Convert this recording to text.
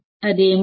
అది ఏమిటి